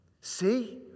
see